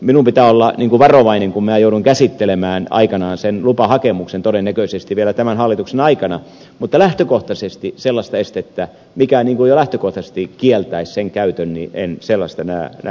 minun pitää olla ikään kuin varovainen kun minä joudun käsittelemään aikanaan sen lupahakemuksen todennäköisesti vielä tämän hallituksen aikana mutta lähtökohtaisesti sellaista estettä mikä jo lähtökohtaisesti kieltäisi sen käytön en näe olemassa